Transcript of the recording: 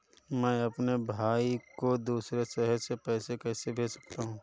मैं अपने भाई को दूसरे शहर से पैसे कैसे भेज सकता हूँ?